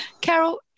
Carol